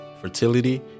fertility